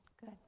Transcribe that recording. good